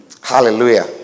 Hallelujah